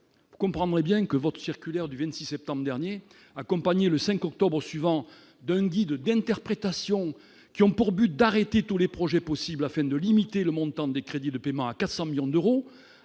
vous comprendrez bien que votre circulaire du 26 septembre dernier accompagné le 5 octobre suivant Dundee de d'interprétations qui ont pour but d'arrêter tous les projets possibles afin de limiter le montant des crédits de paiement à 400 millions d'euros,